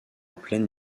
pleine